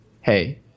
hey